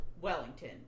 wellington